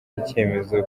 icyemezo